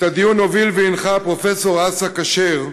את הדיון הוביל והנחה פרופסור אסא כשר,